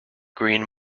green